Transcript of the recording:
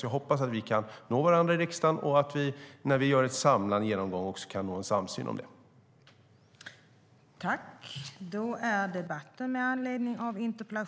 Jag hoppas att vi kan nå varandra i riksdagen och att vi vid en samlad genomgång kan nå samsyn om detta.